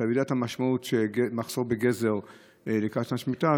אתה יודע את המשמעות של מחסור בגזר לקראת שנת שמיטה,